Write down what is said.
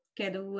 quero